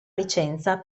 licenza